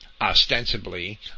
Ostensibly